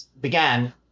began